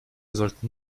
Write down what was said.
sollten